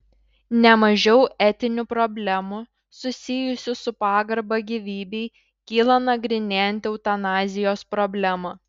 ne mažiau etinių problemų susijusių su pagarba gyvybei kyla nagrinėjant eutanazijos problemą